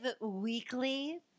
Weekly